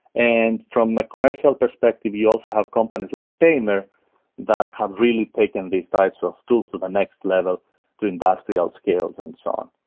and from a commercial perspective, you also have companies like tamer that have really taken these types of tools to the next level to industrial scales and so on.